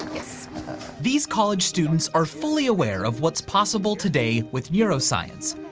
these college students are fully aware of what's possible today with neuroscience.